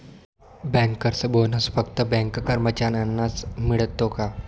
Bankers bonus फक्त bank कर्मचाऱ्यांनाच मिळतो का?